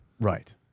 Right